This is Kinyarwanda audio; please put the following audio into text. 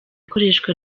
ikoreshwa